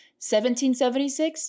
1776